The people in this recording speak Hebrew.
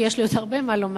כי יש לי עוד הרבה מה לומר,